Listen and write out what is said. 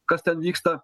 kas ten vyksta